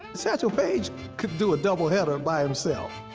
satchel paige could do a doubleheader by himself.